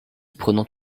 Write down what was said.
prenant